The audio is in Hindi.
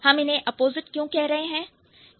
हम इन्हें ऑपोजिट क्यों कह रहे हैं